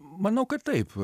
manau kad taip